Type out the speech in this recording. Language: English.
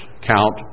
count